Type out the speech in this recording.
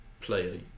player